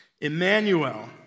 Emmanuel